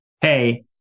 hey